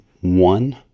one